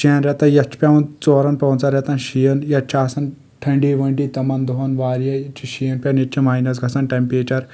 شیٚن رٮ۪تن یتھ چُھ پیٚوان ژورن پانٛژن رٮ۪تن شیٖن یتھ چُھ آسان ٹھنڈی ؤنڈی تِمن دۄہن واریاہ ییتہِ چھُ شیٖن پیٚوان ییٚتہِ چھُ ماینس گژھان ٹیٚمپریچر